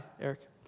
Eric